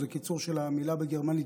זה קיצור של המילה בגרמנית,